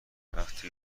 وقتی